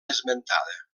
esmentada